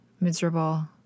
miserable